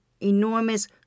enormous